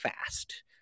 fast